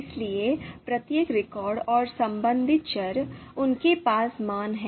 इसलिए प्रत्येक रिकॉर्ड और संबंधित चर उनके पास मान हैं